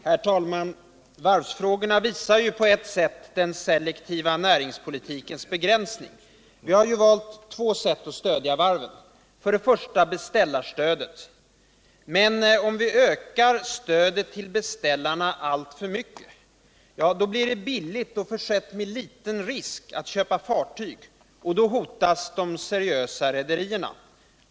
Herr talman! Varvsfrågorna visar på den selektiva näringspolitikens begränsning. Vi har valt två sätt att stödja varven. För det första har vi beställarstödet. Men om vi ökar stödet till beställarna alltför mycket, blir det billigt och försett med liten risk att köpa fartyg, och då hotas de seriösa rederierna.